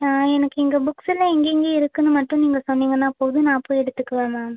எனக்கு இங்கே புக்ஸெல்லாம் எங்கெங்கே இருக்குன்னு மட்டும் நீங்கள் சொன்னீங்கன்னா போதும் நான் போய் எடுத்துக்குவேன் மேம்